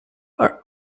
are